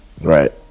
Right